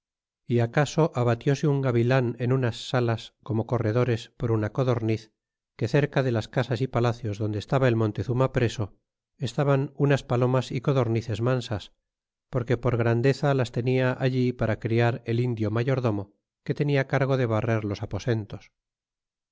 y acaso abatise un gavilan en unas salas como corredores por una codorniz que cerca de las casas y palacios donde estaba el montezuma preso estaban unas palomas y codornices mansas porque por grandeza las tenia allí para criar el indio mayordomo que tenia cargo de barrer los aposentos